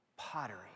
Pottery